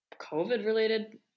COVID-related